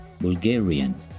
Bulgarian